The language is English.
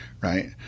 right